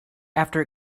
after